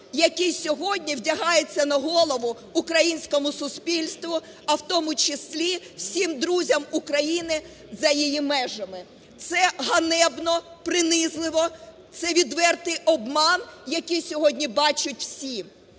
який сьогодні вдягається на голову українському суспільству, а в тому числі всім друзям України за її межами. Це ганебно, принизливо, це відвертий обман, який сьогодні бачать всі.